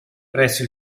presso